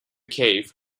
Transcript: cave